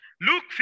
Luke